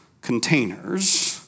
containers